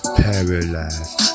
paralyzed